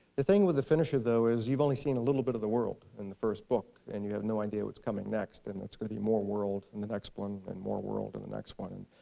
the thing with the finisher, though, is you've only seen a little bit of the world in the first book, and you have no idea what's coming next and it's going to be more world in the next one, and more world in the next one.